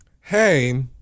Hey